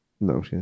No